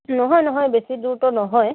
নহয় নহয় বেছি দূৰটো নহয়